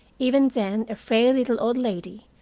even then a frail little old lady,